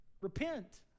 repent